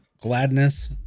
gladness